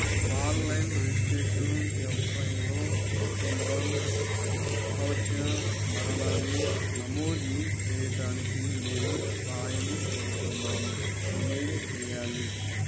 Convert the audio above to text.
online registration వెబ్సైట్లో సిమ్రాన్ అహుజా మరణాన్ని నమోదు చేయటానికి నేను సహాయం కోరుచున్నాను నేనేమి చేయాలి